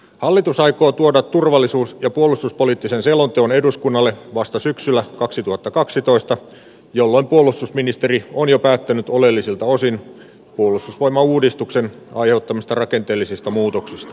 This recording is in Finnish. hallitus aikoo tuoda turvallisuus ja puolustuspoliittisen selonteon eduskunnalle vasta syksyllä kaksituhattakaksitoista jolloin puolustusministeriö on jo päättänyt oleellisilta osin puolustusvoimauudistuksen hajottamista rakenteellisista muutoksis